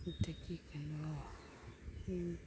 ꯑꯗꯒꯤ ꯀꯩꯅꯣ